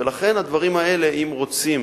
ולכן, הדברים האלה, אם רוצים